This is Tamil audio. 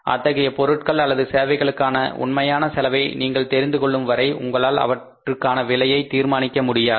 அத்தகைய பொருட்கள் அல்லது சேவைகளுக்கான உண்மையான செலவை நீங்கள் தெரிந்து கொள்ளும் வரை உங்களால் அவற்றுக்கான விலையைத் தீர்மானிக்க முடியாது